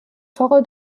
torre